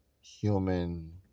human